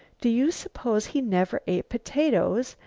do you suppose he never ate potatoes?